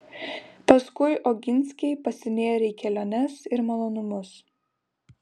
paskui oginskiai pasinėrė į keliones ir malonumus